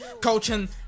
coaching